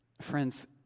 Friends